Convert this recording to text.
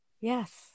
Yes